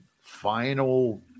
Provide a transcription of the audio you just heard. final